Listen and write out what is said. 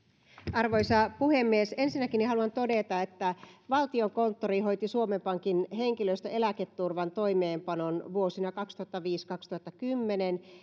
arvoisa puhemies ensinnäkin haluan todeta että valtiokonttori hoiti suomen pankin henkilöstön eläketurvan toimeenpanon vuosina kaksituhattaviisi viiva kaksituhattakymmenen